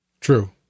true